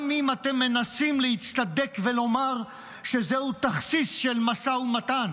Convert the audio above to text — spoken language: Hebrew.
גם אם אתם מנסים להצטדק ולומר שזהו תכסיס של משא ומתן,